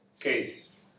case